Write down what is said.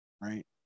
right